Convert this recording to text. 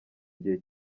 gihe